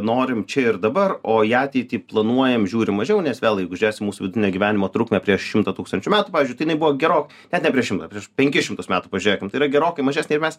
norim čia ir dabar o į ateitį planuojam žiūrim mažiau nes vėl jeigu žiūrėsim mūsų vidinę gyvenimo trukmę prieš šimtą tūkstančių metų pavyzdžiui tai jinai buvo gero net ne prieš šimtą prieš penkis šimtus metų pažiūrėkim tai yra gerokai mažesnė ir mes